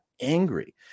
angry